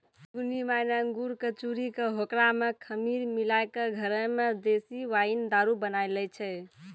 सुगनी माय न अंगूर कॅ चूरी कॅ होकरा मॅ खमीर मिलाय क घरै मॅ देशी वाइन दारू बनाय लै छै